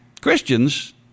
Christians